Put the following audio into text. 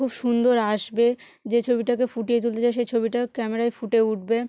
খুব সুন্দর আসবে যে ছবিটাকে ফুটিয়ে তুলতে চাই সেই ছবিটা ক্যামেরায় ফুটে উঠবে